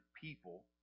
people